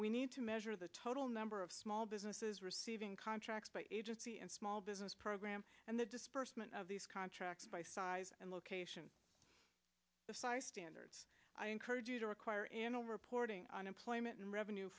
we need to measure the total number of small businesses receiving contracts by agency and small business program and the disbursement of these contracts by size and location size standards i encourage you to require in a reporting unemployment and revenue